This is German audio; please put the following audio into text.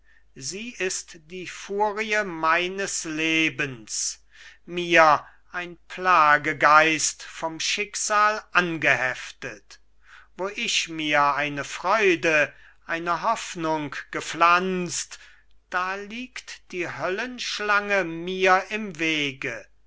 sie ist die furie meines lebens mir ein plagegeist vom schicksal angeheftet wo ich mir eine freude eine hoffnung gepflanzt da liegt die höllenschlange mir im wege